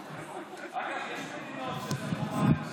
אגב, יש מדינות שזה חובה לנשים.